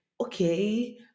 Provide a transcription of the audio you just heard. Okay